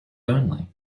only